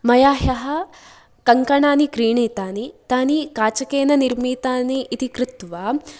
मया ह्यः कङ्कनानि क्रीणितानि तानि काचकेन निर्मितानि इति कृत्वा